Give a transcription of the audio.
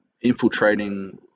infiltrating